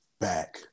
back